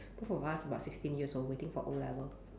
both of us about sixteen years old waiting for o-level